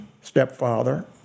stepfather